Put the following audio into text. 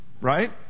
Right